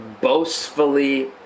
boastfully